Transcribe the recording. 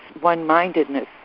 one-mindedness